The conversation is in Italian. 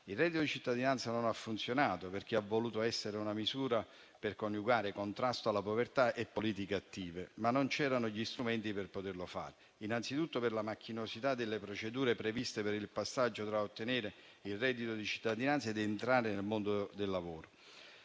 Il reddito di cittadinanza non ha funzionato, perché ha voluto essere una misura per coniugare contrasto alla povertà e politiche attive, ma non c'erano gli strumenti per poterlo fare, innanzitutto per la macchinosità delle procedure previste per il passaggio tra ottenere il reddito di cittadinanza ed entrare nel mondo del lavoro,